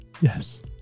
yes